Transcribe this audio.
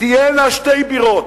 תהיינה שתי בירות.